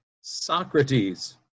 Socrates